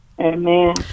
Amen